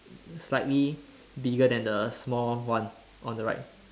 slightly bigger than the small one on the right